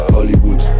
Hollywood